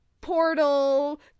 portal